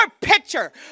picture